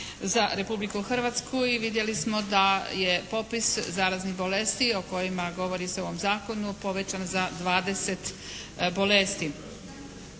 za Republiku Hrvatsku. I vidjeli smo da je popis zaraznih bolesti o kojima govori se u ovome zakonu povećan za 20 bolesti.